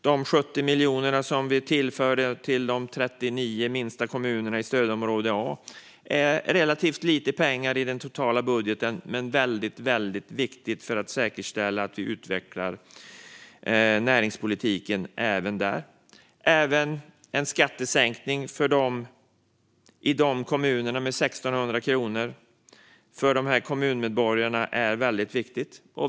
De 70 miljoner som vi tillförde till de 39 minsta kommunerna i stödområden A är relativt lite pengar i den totala budgeten men viktigt för att säkerställa att vi utvecklar näringspolitiken även där. En skattesänkning även i dessa kommuner med 1 600 kronor för kommunmedborgarna är viktig.